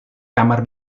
kamar